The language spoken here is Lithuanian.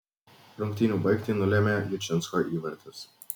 rungtynių baigtį nulėmė jučinsko įvartis